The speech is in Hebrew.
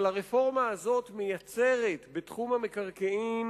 אבל הרפורמה הזאת מייצרת בתחום המקרקעין